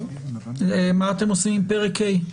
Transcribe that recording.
מה אתם עושים עם פרק ה'?